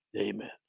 Amen